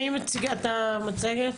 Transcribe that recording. מי מציגה את המצגת?